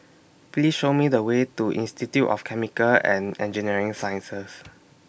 Please Show Me The Way to Institute of Chemical and Engineering Sciences